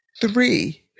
three